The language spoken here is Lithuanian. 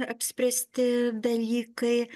apspręsti dalykai